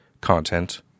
content